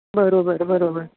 बरोबर बरोबर